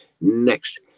Next